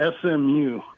SMU